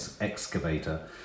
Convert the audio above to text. excavator